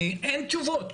אין תשובות.